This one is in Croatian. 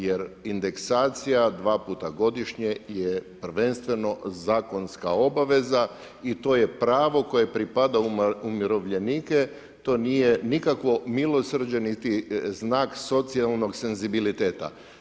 Jer indeksacija dva puta godišnje je prvenstveno zakonska obveza i to je pravo koje pripada umirovljenicima, to nije nikakvo milosrđe niti znak socijalnog senzibiliteta.